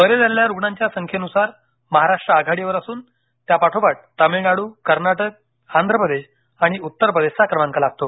बरे झालेल्या रुग्णांच्या संख्येनुसार महाराष्ट्र आघाडीवर असून त्यापाठोपाठ तामिळनाडू कर्नाटक आंध्र प्रदेश आणि उत्तरप्रदेशचा क्रमांक लागतो